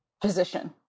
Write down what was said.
position